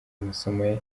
amasomo